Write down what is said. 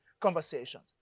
conversations